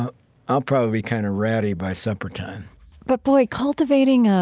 ah i'll probably be kind of ratty by suppertime but, boy, cultivating ah